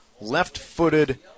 left-footed